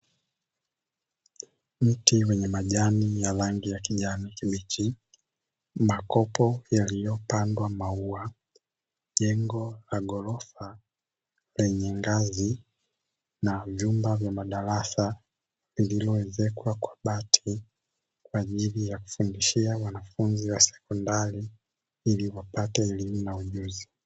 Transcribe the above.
Mti wenye majani ya rangi ya kijani kibichi, makopo yaliyopandwa maua, jengo la ghorofa lenye ngazi na vyumba vya madarasa; lililoezekwa kwa bati kwa ajili ya kufundishia wanafunzi wa sekondari ili wapate elimu na ujuzi.